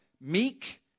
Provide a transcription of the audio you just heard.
meek